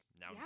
now